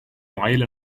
mile